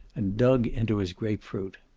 and dug into his grapefruit.